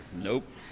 nope